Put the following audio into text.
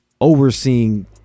overseeing